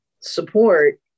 support